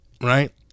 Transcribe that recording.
right